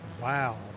Wow